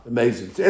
Amazing